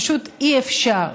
פשוט אי-אפשר.